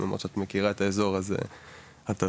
את אמרת שאת מכירה את האזור, אז את תביני.